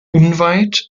unweit